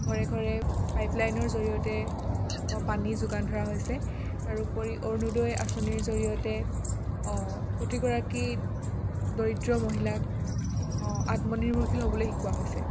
ঘৰে ঘৰে পাইপ লাইনৰ জৰিয়তে অঁ পানী যোগান ধৰা হৈছে আৰু তাৰোপৰি অৰুণোদয় আঁচনিৰ জৰিয়তে অঁ প্ৰতিগৰাকী দৰিদ্ৰ মহিলাক অঁ আত্ম নিৰ্ভৰশীল হ'বলৈ শিকোৱা হৈছে